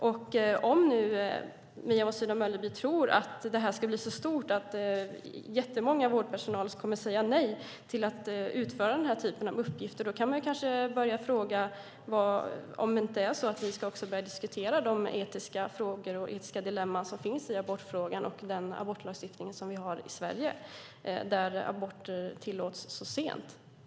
Om Mia Sydow Mölleby tror att mycket vårdpersonal kommer att säga nej till att utföra den här typen av uppgifter bör hon kanske fundera över om vi ska börja diskutera de etiska frågor och dilemman som finns i den abortlagstiftning vi har i Sverige där aborter tillåts så sent.